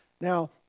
Now